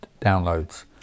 downloads